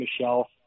Michelle